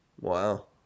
Wow